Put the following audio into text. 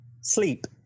Sleep